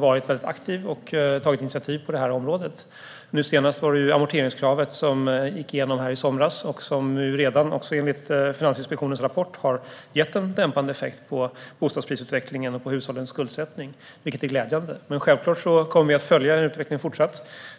varit mycket aktiv och tagit initiativ på detta område. Nu senast handlade det om amorteringskravet som riksdagen fattade beslut om i somras och som nu, enligt Finansinspektionens rapport, redan har gett en dämpande effekt på bostadsprisutvecklingen och på hushållens skuldsättning. Detta är glädjande. Självklart kommer vi fortsatt att följa utvecklingen.